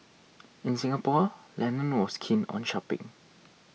in Singapore Lennon was keen on shopping